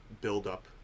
build-up